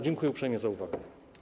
Dziękuję uprzejmie za uwagę.